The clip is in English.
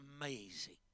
amazing